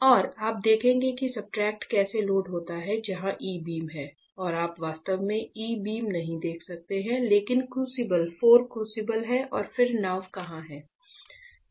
और आप देखेंगे कि सब्सट्रेट कैसे लोड होता है जहां ई बीम है और आप वास्तव में ई बीम नहीं देख सकते हैं लेकिन क्रूसिबल 4 क्रूसिबल हैं और फिर नाव कहां है